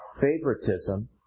favoritism